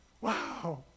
Wow